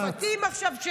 של הצרפתים עכשיו.